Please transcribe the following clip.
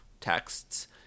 texts